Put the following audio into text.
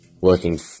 working